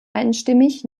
einstimmig